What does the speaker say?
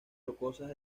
rocosas